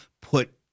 put